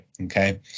okay